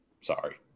Sorry